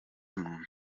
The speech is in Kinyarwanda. muntu